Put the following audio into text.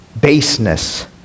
baseness